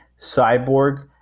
Cyborg